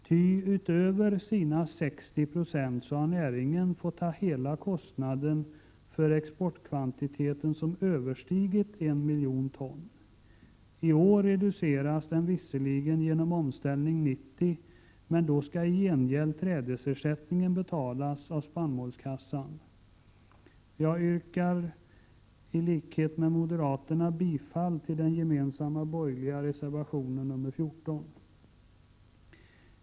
Ty utöver sina 60 96 har näringen fått ta hela kostnaden för den exportkvantitet som överstiger 1 miljon ton. I år reduceras den visserligen genom Omställning 90, men då skall i gengäld trädesersättningen betalas av spannmålskassan. Jag yrkar i likhet med moderaterna bifall till den gemensamma borgerliga reservationen nr 14.